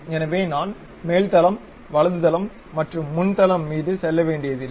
எனவே நான் மேல் தளம் வலது தளம் மற்றும் முன் தளம் மீது செல்ல வேண்டியதில்லை